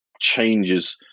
changes